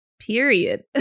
period